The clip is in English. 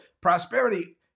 prosperity